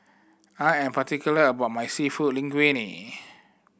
I am particular about my Seafood Linguine